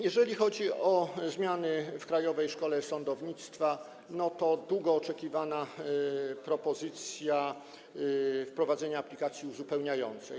Jeżeli chodzi o zmiany w krajowej szkole sądownictwa, to jest to długo oczekiwana propozycja wprowadzenia aplikacji uzupełniającej.